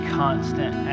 constant